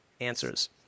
answers